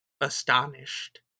astonished